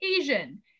asian